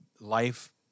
life